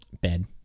bed